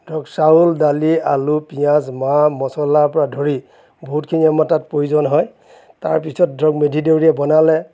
ধৰক চাউল দালি আলু পিয়াঁজ মাহ মচলাৰ পৰা ধৰি বহুতখিনি আমাৰ তাত প্ৰয়োজন হয় তাৰ পিছত ধৰক মেধি দেউৰীয়ে বনালে